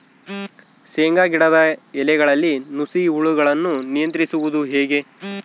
ಶೇಂಗಾ ಗಿಡದ ಎಲೆಗಳಲ್ಲಿ ನುಷಿ ಹುಳುಗಳನ್ನು ನಿಯಂತ್ರಿಸುವುದು ಹೇಗೆ?